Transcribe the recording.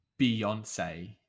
beyonce